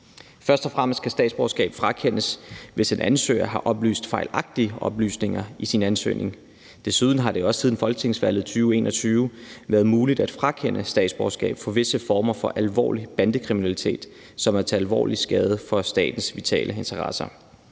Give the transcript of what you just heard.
Først og fremmest kan statsborgerskab frakendes, hvis en ansøger har oplyst fejlagtige oplysninger i sin ansøgning. Desuden har det også siden folketingsvalget 2021 været muligt at frakende statsborgerskab på baggrund af visse former for alvorlig bandekriminalitet, som er til alvorlig skade for statens vitale interesser.